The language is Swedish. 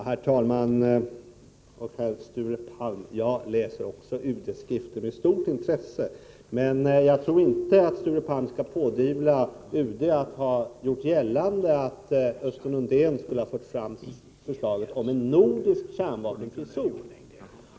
Herr talman och herr Sture Palm! Också jag läser UD:s skrifter med stort intresse, men jag tror inte att Sture Palm skall pådyvla UD att UD gjort gällande att Östen Undén skulle ha fört fram förslaget om en nordisk kärnvapenfri zon.